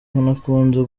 banakunze